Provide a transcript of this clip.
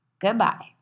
goodbye